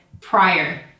prior